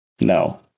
No